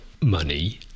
money